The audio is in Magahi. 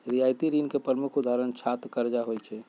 रियायती ऋण के प्रमुख उदाहरण छात्र करजा होइ छइ